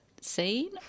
seen